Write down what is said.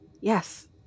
Yes